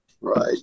right